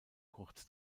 kurz